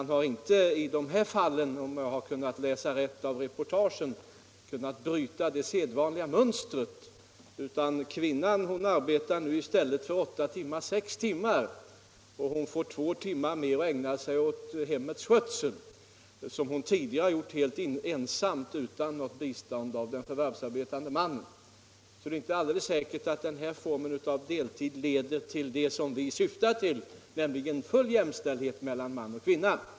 Man har således inte på denna väg, om jag har kunnat läsa rätt i reportagen, kunnat bryta det sedvanliga mönstret, utan kvinnan arbetar sex timmar i stället för åtta timmar och får då två timmar mer att ägna sig åt hemmets skötsel, som hon även tidigare klarade helt ensam utan bistånd av den förvärvsarbetande maken. Det är alltså inte alldeles säkert att denna form av deltid leder till det som vi syftar till, nämligen full jämställdhet mellan man och kvinna.